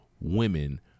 women